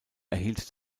erhielt